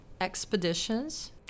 expeditions